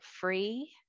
free